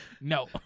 No